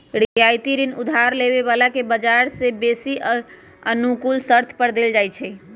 रियायती ऋण उधार लेबे बला के बजार से बेशी अनुकूल शरत पर देल जाइ छइ